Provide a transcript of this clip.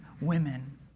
women